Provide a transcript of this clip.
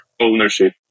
ownership